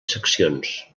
seccions